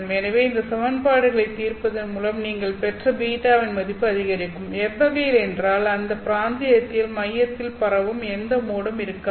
எனவே இந்த சமன்பாடுகளைத் தீர்ப்பதன் மூலம் நீங்கள் பெற்ற β வின் மதிப்பு அதிகரிக்கும் எவ்வகையில் என்றால் அந்த பிராந்தியத்தில் மையத்திற்குள் பரவும் எந்த மோடும் இருக்காது